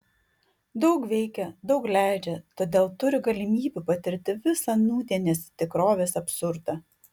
daug veikia daug leidžia todėl turi galimybių patirti visą nūdienės tikrovės absurdą